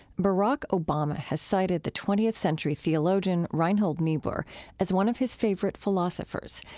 barack obama has cited the twentieth century theologian reinhold niebuhr as one of his favorite philosophers,